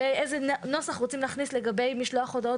הנוסח שרוצים להכניס לגבי משלוח הודעות